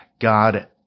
God